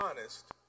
honest